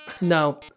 No